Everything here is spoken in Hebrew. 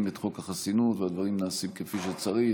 את חוק החסינות והדברים נעשים כפי שצריך.